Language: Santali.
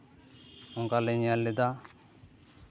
ᱚᱱᱠᱟ ᱞᱮ ᱧᱮᱞ ᱞᱮᱫᱟ